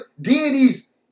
deities